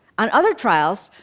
on other trials,